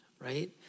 right